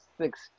Six